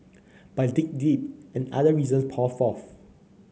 but dig deep and other reasons pour forth